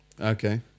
Okay